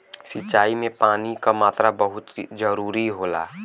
सिंचाई में पानी क मात्रा बहुत जरूरी होला